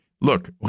Look